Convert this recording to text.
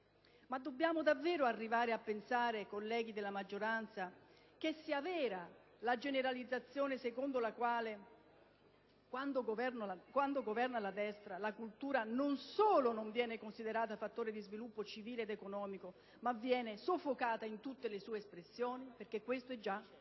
Ma dobbiamo davvero arrivare a pensare, colleghi della maggioranza, che sia vera la generalizzazione secondo la quale, quando governa la destra, la cultura non solo non viene considerata fattore di sviluppo civile ed economico, ma viene soffocata in tutte le sue espressioni? Infatti, questo è già